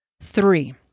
Three